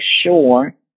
sure